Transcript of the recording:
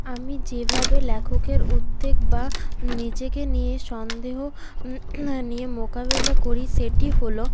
আমি যেভাবে লেখকের উদ্বেগ বা নিজেকে নিয়ে সন্দেহ নিয়ে মোকাবিলা করি সেটি হল